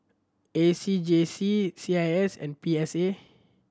A C J C C I S and P S A